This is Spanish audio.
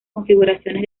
configuraciones